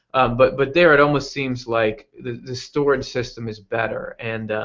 but but there it almost seems like the the storage system is better. and